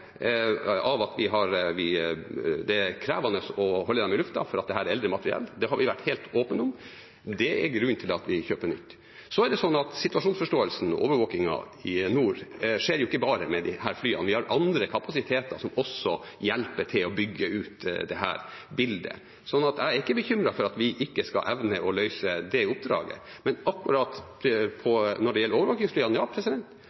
i mange, mange år til. Det er krevende å holde dem i lufta, for dette er eldre materiell. Det har vi vært helt åpne om, og det er grunnen til at vi kjøper nytt. Overvåkingen i nord skjer ikke bare med disse flyene. Vi har andre kapasiteter som hjelper til med å bygge ut dette bildet, så jeg er ikke bekymret for at vi ikke skal evne å løse det oppdraget. Men akkurat